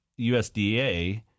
USDA